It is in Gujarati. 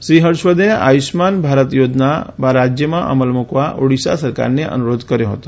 શ્રી હર્ષવર્ધને આયુષ્યમાન ભારત યોજના રાજ્યમાં અમલમાં મૂકવા ઓડિશા સરકારને અનુરોધ કર્યો હતો